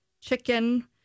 chicken